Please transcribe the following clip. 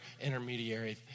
intermediary